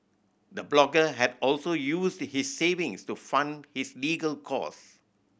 the blogger had also used his savings to fund his legal cost